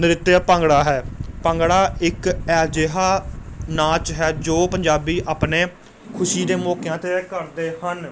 ਨ੍ਰਿਤਿਆ ਭੰਗੜਾ ਹੈ ਭੰਗੜਾ ਇੱਕ ਅਜਿਹਾ ਨਾਚ ਹੈ ਜੋ ਪੰਜਾਬੀ ਆਪਣੇ ਖੁਸ਼ੀ ਦੇ ਮੌਕਿਆਂ 'ਤੇ ਕਰਦੇ ਹਨ